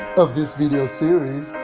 of this video series.